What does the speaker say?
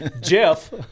Jeff